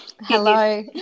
Hello